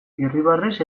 irribarrez